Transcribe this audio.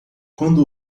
quando